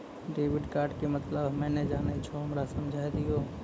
Debit card के मतलब हम्मे नैय जानै छौ हमरा समझाय दियौ?